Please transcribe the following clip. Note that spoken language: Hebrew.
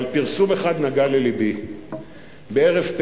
אבל פרסום אחד נגע ללבי.